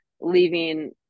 leaving